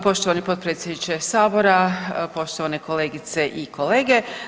Poštovani potpredsjedniče Sabora, poštovane kolegice i kolege.